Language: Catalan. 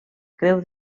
creu